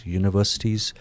universities